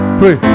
pray